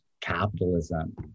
capitalism